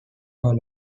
are